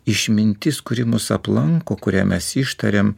išmintis kuri mus aplanko kurią mes ištariam